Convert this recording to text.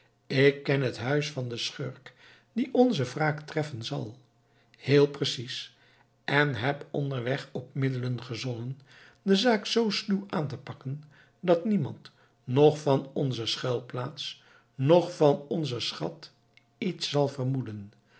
ik ken het huis van den schurk dien onze wraak treffen zal heel precies en heb onderweg op middelen gezonnen de zaak zoo sluw aan te pakken dat niemand noch van onze schuilplaats noch van onzen schat iets zal vermoeden